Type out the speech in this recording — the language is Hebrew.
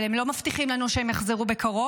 אבל הם לא מבטיחים לנו שהם יחזרו בקרוב